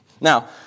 Now